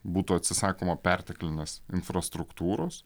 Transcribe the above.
būtų atsisakoma perteklinės infrastruktūros